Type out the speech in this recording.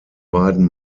beiden